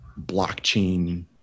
blockchain